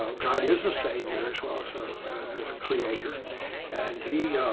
ah god is a savior as well so as a creator and he